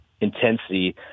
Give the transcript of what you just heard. intensity